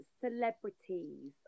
Celebrities